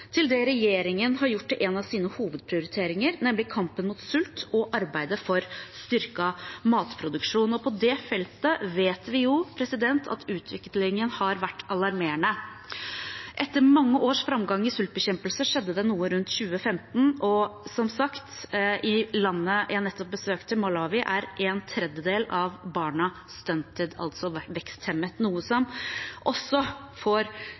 til det regjeringen har gjort til en av sine hovedprioriteringer, nemlig kampen mot sult og arbeidet for styrket matproduksjon. På det feltet vet vi jo at utviklingen har vært alarmerende. Etter mange års framgang i sultbekjempelse skjedde det noe rundt 2015, og i landet jeg som sagt nettopp besøkte, Malawi, er en tredjedel av barna «stunted», altså veksthemmede, noe som også får grove konsekvenser for